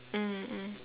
mm mm